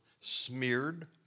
smeared